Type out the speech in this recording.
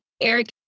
Eric